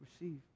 receive